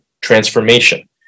transformation